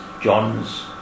John's